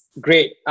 Great